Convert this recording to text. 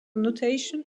notation